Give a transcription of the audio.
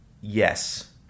Yes